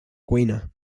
cuina